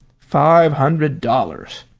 five hundred dollars!